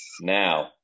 Now